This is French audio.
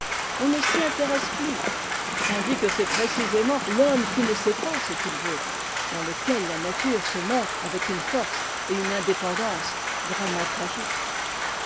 on ne s'y intéresse plus tandis que c'est précisément l'homme qui ne sait pas ce qu'il veut dans lequel la nature se montre avec une force et une indépendance vraiment tragiques